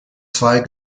zwei